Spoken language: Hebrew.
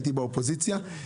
הייתי באופוזיציה.